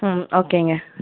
ஆ ஓகேங்க